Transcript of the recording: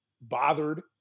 bothered